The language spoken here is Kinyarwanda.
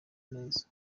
neza